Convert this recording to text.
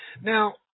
Now